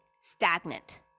stagnant